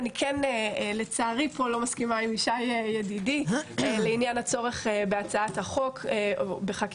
אני לא מסכימה פה עם ישי ידידי בעניין הצורך בהסדרת הנושא בחקיקה.